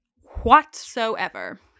whatsoever